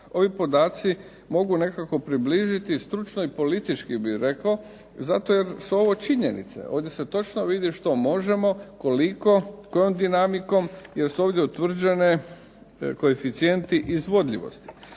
ovi podaci mogu nekako približiti stručno i politički ja bih rekao zato jer su ovo činjenice. Ovdje se točno vidi što možemo, koliko, kojom dinamikom, jer su ovdje utvrđene koeficijenti izvodljivosti.